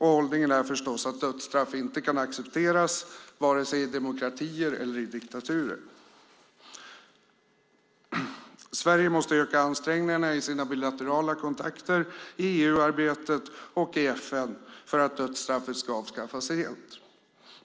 Hållningen är förstås att dödsstraff inte kan accepteras i vare sig demokratier eller diktaturer. Sverige och EU måste öka ansträngningarna i sina bilaterala kontakter, i EU-arbetet och i FN för att dödsstraffet ska avskaffas helt.